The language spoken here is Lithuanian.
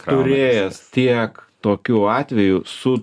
turėjęs tiek tokiu atvejų su